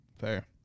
Fair